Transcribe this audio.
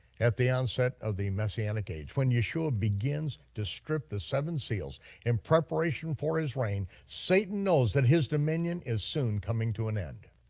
at the onset of the messianic age, when yeshua begins to strip the seven seals in preparation for his reign, satan knows that his dominion is soon coming to an end.